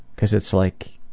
because it's like,